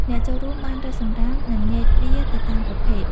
អ្នកចូលរួមបានរើសសំរាម និងញែកវាទៅតាមប្រភេទ។